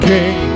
King